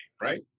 Right